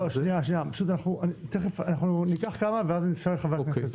לא, שנייה, ניקח כמה ואז נפנה לחברי הכנסת.